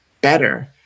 better